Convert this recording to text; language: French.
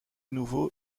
nouveau